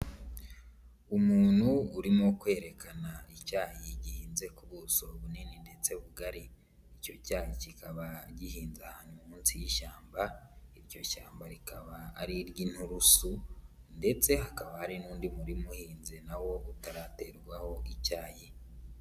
Umuntu urimo kwerekana icyayi gihinze ku buso bunini ndetse bugari, icyo cyayi kikaba gihinze ahantu munsi y'ishyamba, iryo shyamba rikaba ari iry'inturusu ndetse hakaba hari n'undi murima uhinze na wo utaraterwaho icyayi.